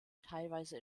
teilweise